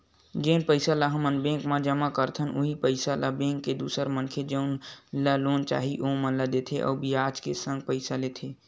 जेन पइसा ल हमन बेंक म जमा करथन उहीं पइसा ल बेंक ह दूसर मनखे जउन ल लोन चाही ओमन ला देथे अउ बियाज के संग पइसा लेथे